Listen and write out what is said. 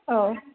औ